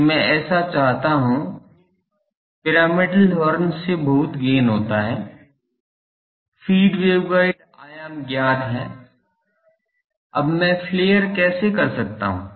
कि मैं ऐसा चाहता हूं पिरामिडल हॉर्न से बहुत गेन होता है फीड वेवगाइड आयाम ज्ञात है अब मैं फ्लेयर कैसे सकता हूं